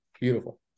Beautiful